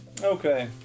Okay